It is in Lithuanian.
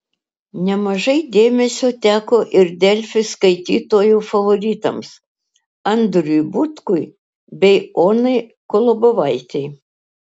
nemažai dėmesio teko ir delfi skaitytojų favoritams andriui butkui bei onai kolobovaitei